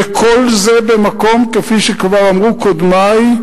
וכל זה במקום מן המקומות, שכפי שכבר אמרו קודמי,